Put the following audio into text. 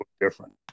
different